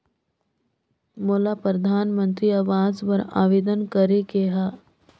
मोला परधानमंतरी आवास बर आवेदन करे के हा?